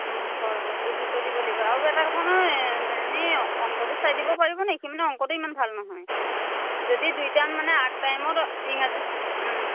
অঁ হয় বাৰু সেইটোত গুৰুত্ব দিব লাগিব আৰু এটা কথা নহয় এনেই অংকটো চাই দিব পাৰিব নেকি সি মানে অংকতো ইমান ভাল নহয় যদি দুই টাইম মানে আৰ্ট টাইমত ইংৰাজী